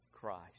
Christ